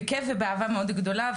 בכיף ובאהבה מאוד גדולה,